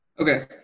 Okay